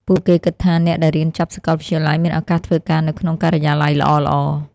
ពួកគេគិតថាអ្នកដែលរៀនចប់សាកលវិទ្យាល័យមានឱកាសធ្វើការនៅក្នុងការិយាល័យល្អៗ។